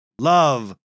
love